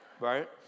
right